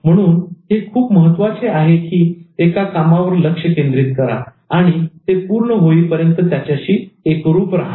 म्हणून हे खूप महत्त्वाचे आहे की एका कामावर लक्ष केंद्रित करा आणि ते पूर्ण होईपर्यंत त्याच्याशी चिटकून रहा